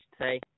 say